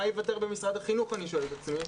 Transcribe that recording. מה יוותר במשרד החינוך אני שואל את עצמי,